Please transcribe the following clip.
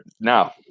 now